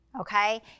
Okay